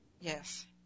Yes